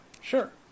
sure